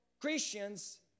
Christians